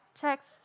checks